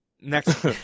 next